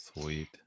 sweet